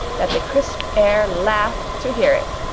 that the crisp air laughed to hear it!